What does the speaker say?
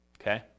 Okay